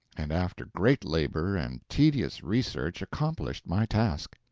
and after great labor and tedious research accomplished my task.